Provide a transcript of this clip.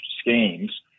schemes